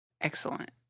Excellent